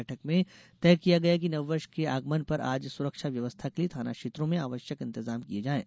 बैठक में तय किया गया कि नववर्ष के आगमन पर आज सुरक्षा व्यवस्था के लिए थाना क्षेत्रों में आवश्यक इंतजाम किये जाएं